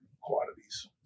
quantities